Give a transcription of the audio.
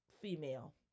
female